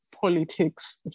politics